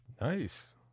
Nice